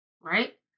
right